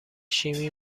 شیمی